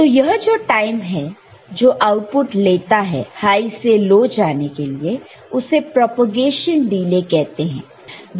तो यह जो टाइम है जो आउटपुट लेता है हाई से लो mजाने के लिए उसे प्रोपेगेशन डिले कहते हैं